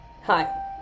Hi